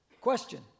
Question